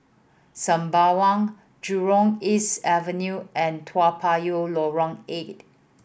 Sembawang Jurong East Avenue and Toa Payoh Lorong Eight